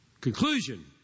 Conclusion